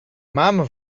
mam